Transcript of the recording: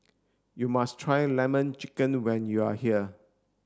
you must try lemon chicken when you are here